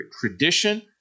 tradition